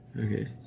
Okay